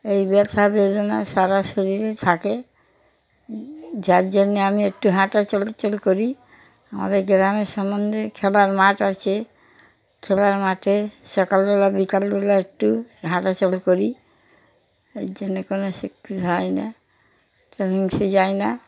এই ব্যথা বেদনা সারা শরীরে থাকে যার জন্যে আমি একটু হাঁটা চলাচল করি আমাদের গ্রামে সামনে দিয়ে খেলার মাঠ আছে খেলার মাঠে সকালবেলা বিকালবেলা একটু হাঁটাচলা করি এর জন্যে কোনো হয় না যাই না